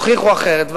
תוכיחו אחרת.